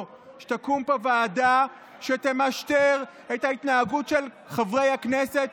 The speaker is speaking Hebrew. שתקום פה ועדה שתמשטר את ההתנהגות של חברי הכנסת?